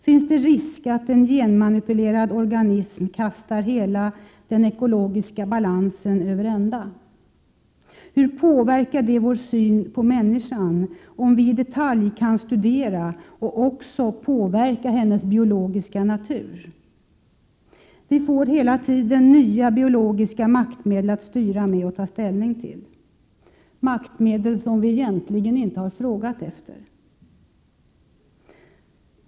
Finns det risk att genmanipulerad organism kastar hela den ekologiska balansen över ända? Hur påverkar det vår syn på människan, om vi i detalj kan studera och också påverka hennes biologiska natur? Vi får hela tiden nya biologiska maktmedel att styra med och ta ställning till, maktmedel som vi egentligen inte frågat efter.